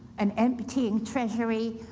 an emptying treasury,